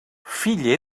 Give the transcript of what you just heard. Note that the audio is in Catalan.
fill